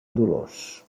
dolors